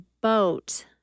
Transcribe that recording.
boat